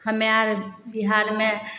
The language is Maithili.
हमे आर बिहारमे